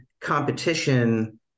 competition